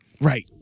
right